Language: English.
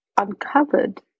uncovered